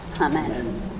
amen